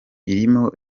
irimo